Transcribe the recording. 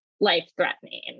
life-threatening